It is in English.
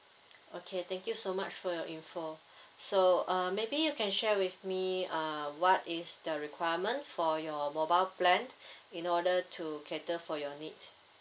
okay thank you so much for your info so uh maybe you can share with me uh what is the requirement for your mobile plan in order to cater for your needs